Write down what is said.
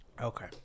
Okay